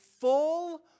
full